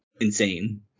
insane